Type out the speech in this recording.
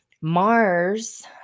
Mars